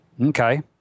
Okay